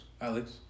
Alex